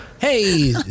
Hey